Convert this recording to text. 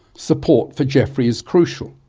support for geoffrey is crucial.